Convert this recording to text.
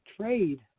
trade